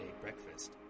Breakfast